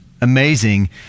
amazing